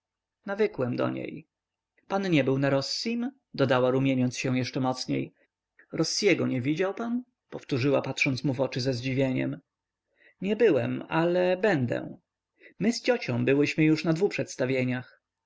samotność nawykłem do niej pan nie był na rossim dodała rumieniąc się jeszcze mocniej rossiego nie widział pan powtórzyła patrząc mu w oczy ze zdziwieniem nie byłem ale będę my z ciocią byłyśmy już na dwu przedstawieniach